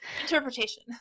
Interpretation